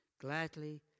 Gladly